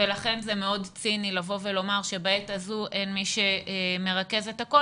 לכן זה מאוד ציני לבוא ולומר שבעת הזו אין מי שמרכז את הכול